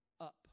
up